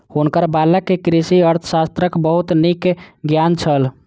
हुनकर बालक के कृषि अर्थशास्त्रक बहुत नीक ज्ञान छल